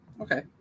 Okay